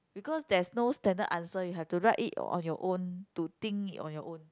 because there's no standard answer you have to write it on your own to think on your own